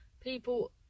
people